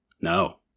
No